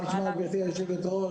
גברתי היושבת-ראש,